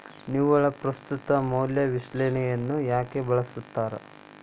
ನಿವ್ವಳ ಪ್ರಸ್ತುತ ಮೌಲ್ಯ ವಿಶ್ಲೇಷಣೆಯನ್ನ ಯಾಕ ಬಳಸ್ತಾರ